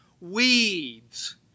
Weeds